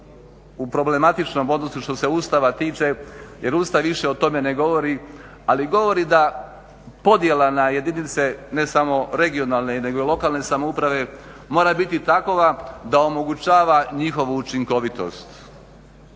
u problematičnom odnosu što se Ustava tiče jer Ustav više o tome ne govori, ali govori da podjela na jedinice ne samo regionalne nego i lokalne samouprave mora biti takova da omogućava njihovu učinkovitost.